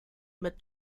mid